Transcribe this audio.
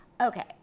Okay